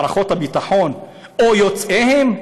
מערכות הביטחון, או יוצאיהם?